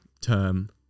term